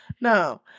No